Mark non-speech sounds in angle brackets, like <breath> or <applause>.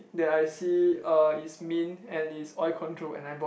that I <breath> see uh is mint and is <breath> oil control and I bought